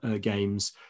games